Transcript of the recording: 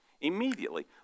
Immediately